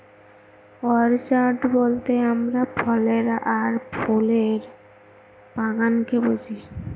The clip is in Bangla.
অর্চাড বলতে আমরা ফলের আর ফুলের বাগানকে বুঝি